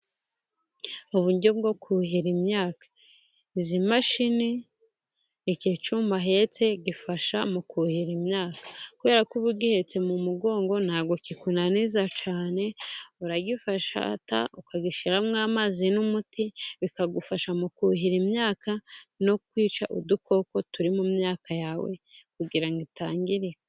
Uburyo bwo kuhira imyaka, izi mashini, ikicuma ahetse, gifasha mu kuhira imyaka, kubera ko uba ugihetse mu mugongo, ntabwo kikunaniza cyane. Uragifata, ukagishyiraramo amazi n'umuti, bikagufasha mu kuhira imyaka no kwica udukoko turi mu myaka yawe, kugira itangirika.